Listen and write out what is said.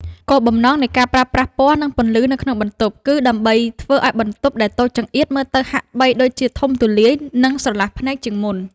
គោលបំណងនៃការប្រើប្រាស់ពណ៌ និងពន្លឺនៅក្នុងបន្ទប់ គឺដើម្បីធ្វើឱ្យបន្ទប់ដែលតូចចង្អៀតមើលទៅហាក់បីដូចជាធំទូលាយ និងស្រឡះភ្នែកជាងមុន។